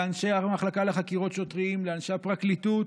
לאנשי המחלקה לחקירות שוטרים, לאנשי הפרקליטות,